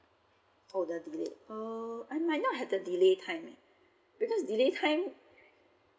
oh the delay oh I might not have the delay time because the delay time